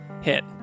hit